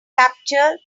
capture